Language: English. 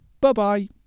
bye-bye